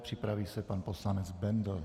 Připraví se pan poslanec Bendl.